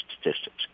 statistics